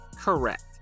Correct